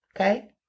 okay